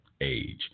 age